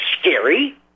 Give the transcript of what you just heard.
scary